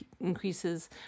increases